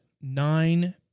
nine